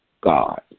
God